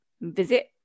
visit